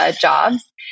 jobs